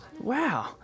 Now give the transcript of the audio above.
Wow